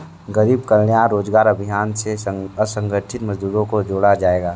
गरीब कल्याण रोजगार अभियान से असंगठित मजदूरों को जोड़ा जायेगा